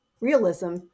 realism